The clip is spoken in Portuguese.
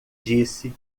disse